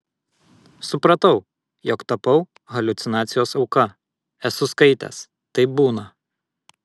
supratau jog tapau haliucinacijos auka esu skaitęs taip būna